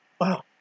Wow